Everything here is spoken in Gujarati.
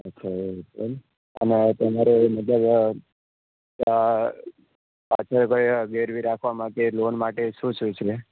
અચ્છા એમ અને તમારે મતલબ ત્યાં સાથે કોઈ ગિરવી રાખવા માટે લોન માટે શું શું છે